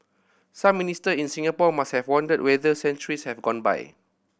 some Minister in Singapore must have wondered whether centuries have gone by